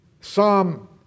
psalm